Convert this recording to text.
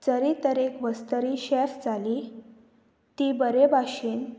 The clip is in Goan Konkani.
जरी तरेक वस्तरी शॅफ जाली ती बरें भाशेन